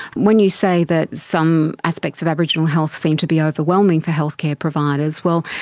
when you say that some aspects of aboriginal health seem to be overwhelming for healthcare providers, well,